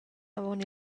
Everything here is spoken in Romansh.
avon